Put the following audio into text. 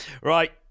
Right